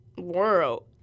world